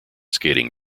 skating